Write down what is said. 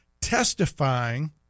testifying